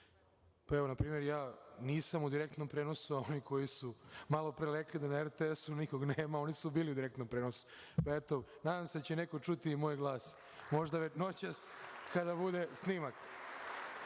poslanici, na primer ja nisam u direktnom prenosu, a oni koji su malopre rekli da na RTS-u nikog nema, oni su bili u direktnom prenosu. Nadam se da će neko čuti i moj glas. Možda noćas kada bude snimak.